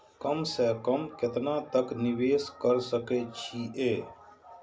कम से कम केतना तक निवेश कर सके छी ए?